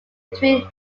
between